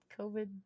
COVID